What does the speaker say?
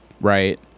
right